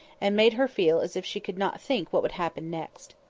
and made her feel as if she could not think what would happen next.